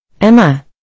Emma